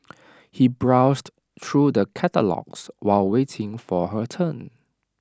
he browsed through the catalogues while waiting for her turn